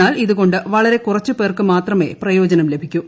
എന്നാൽ ഇതുകൊണ്ട് വളരെ കുറച്ച് പേർക്കുമാത്രമേ പ്രയോജനം ലഭിക്കു